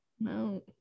no